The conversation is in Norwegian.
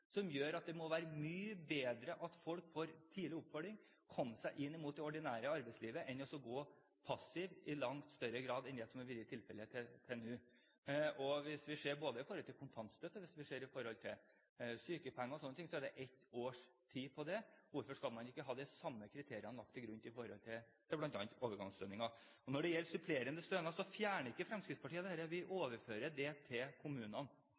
Det må være mye bedre at folk får tidlig oppfølging og kommer seg inn i det ordinære arbeidslivet – enn at de går passive – i langt større grad enn det som har vært tilfellet til nå. Hvis vi ser på kontantstøtten, hvis vi ser på sykepenger og sånne ting, så gis det for ett års tid. Hvorfor skal man ikke ha de samme kriteriene lagt til grunn for bl.a. overgangsordningen? Når det gjelder supplerende stønad, fjerner ikke Fremskrittspartiet dette, vi overfører det til kommunene. Vi overfører det til